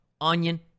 onion